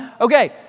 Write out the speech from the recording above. Okay